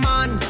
on